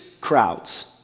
crowds